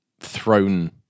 thrown